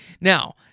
Now